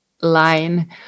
line